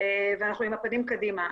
ואנחנו עם הפנים קדימה.